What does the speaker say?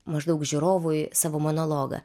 maždaug žiūrovui savo monologą